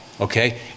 okay